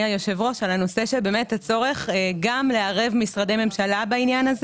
היושב-ראש בנושא של הצורך לערב גם משרדי ממשלה בעניין.